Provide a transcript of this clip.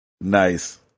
Nice